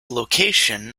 location